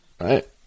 right